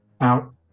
out